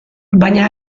baina